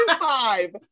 five